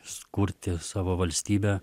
sukurti savo valstybę